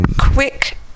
quick